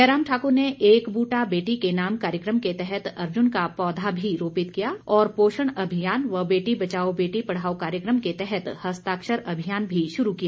जयराम ठाकुर ने एक ब्रटा बेटी के नाम कार्यक्रम के तहत अर्जुन का पौधा भी रोपित किया और पोषण अभियान व बेटी बचाओ बेटी पढ़ाओ कार्यकम के तहत हस्ताक्षर अभियान भी शुरू किया